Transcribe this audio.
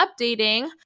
updating